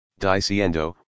diciendo